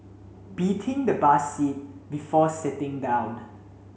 beating the bus seat before sitting down